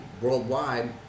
worldwide